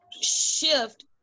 shift